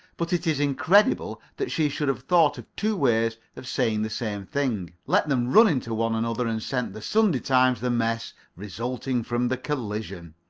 but it is incredible that she should have thought of two ways of saying the same thing, let them run into one another, and sent the sunday times the mess resulting from the collision.